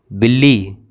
बिल्ली